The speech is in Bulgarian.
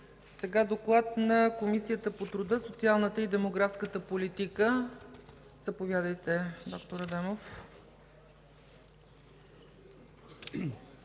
Доклад на Комисията по труда, социалната и демографската политика. Заповядайте, д-р Адемов.